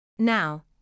Now